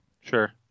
Sure